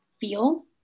feel